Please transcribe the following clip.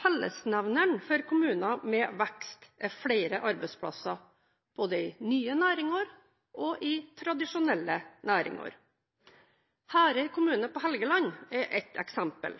Fellesnevneren for kommuner med vekst er flere arbeidsplasser både i nye næringer og i tradisjonelle næringer. Herøy kommune på Helgeland er et eksempel.